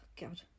God